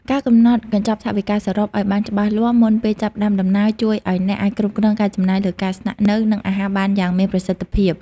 ការកំណត់កញ្ចប់ថវិកាសរុបឱ្យបានច្បាស់លាស់មុនពេលចាប់ផ្តើមដំណើរ ជួយឱ្យអ្នកអាចគ្រប់គ្រងការចំណាយលើការស្នាក់នៅ និងអាហារបានយ៉ាងមានប្រសិទ្ធភាព។